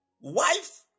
Wife